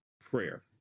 prayer